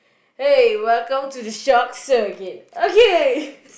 hey welcome to the shock circuit okay